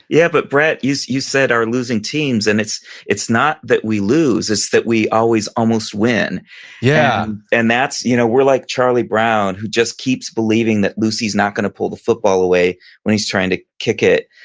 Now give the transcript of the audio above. yeah, but brett, you said, our losing teams. and it's it's not that we lose. it's that we always almost win yeah and that's, you know, we're like charlie brown, who just keeps believing that lucy's not going to pull the football away when he's trying to kick it,